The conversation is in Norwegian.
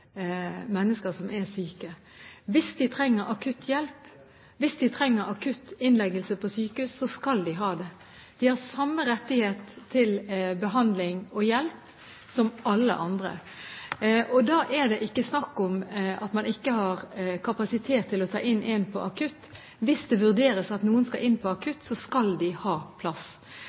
mennesker som er syke. Hvis de trenger akutt hjelp, hvis de trenger akutt innleggelse på sykehus, skal de få det. De har samme rett til behandling og hjelp som alle andre. Da er det ikke snakk om at man ikke har kapasitet til å ta imot noen på akuttmottak. Hvis det vurderes slik at noen skal inn på akuttmottak, så skal de ha plass.